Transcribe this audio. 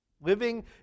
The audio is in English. Living